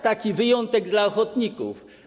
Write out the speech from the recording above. Taki wyjątek dla ochotników?